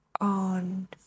on